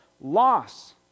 loss